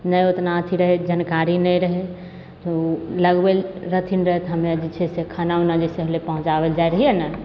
नहि ओतना अथी रहै जानकारी नहि रहै ओ लगबै रहथिन रहै तऽ हमे जे छै से खाना उना जइसे पहुँचाबैले जाइ रहिए ने